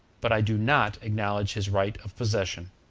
but i do not acknowledge his right of possession.